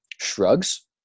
shrugs